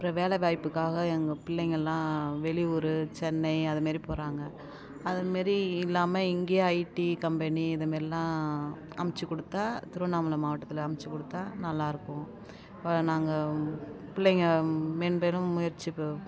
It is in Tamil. அப்பறம் வேலைவாய்ப்புக்காக எங்கள் பிள்ளைங்கள்லாம் வெளியூர் சென்னை அதுமாதிரி போகிறாங்க அதுமாதிரி இல்லாமல் இங்கேயே ஐடி கம்பெனி இது மாதிரிலாம் அமைத்து கொடுத்தா திருவண்ணாமலை மாவட்டத்தில் அமைத்து கொடுத்தா நல்லாயிருக்கும் இப்போ நாங்கள் பிள்ளைங்க மென்மேலும் முயற்சி